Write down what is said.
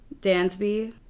dansby